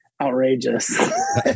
outrageous